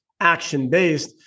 Action-Based